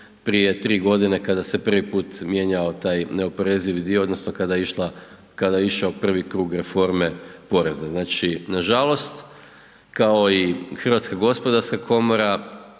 prije 3 godine kada se prvi put mijenjao taj neoporezivi dio, odnosno kada je išla, kada je išao prvi krug reforme porezne. Znači nažalost kao i Hrvatska gospodarska komora,